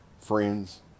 Friends